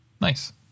Nice